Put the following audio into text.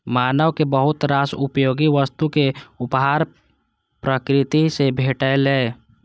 मानव कें बहुत रास उपयोगी वस्तुक उपहार प्रकृति सं भेटलैए